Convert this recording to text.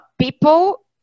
people